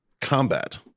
combat